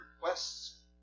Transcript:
requests